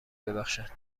ببخشد